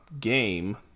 game